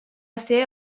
ser